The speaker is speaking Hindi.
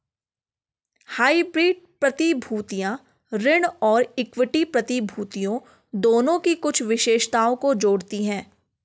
हाइब्रिड प्रतिभूतियां ऋण और इक्विटी प्रतिभूतियों दोनों की कुछ विशेषताओं को जोड़ती हैं